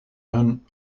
hun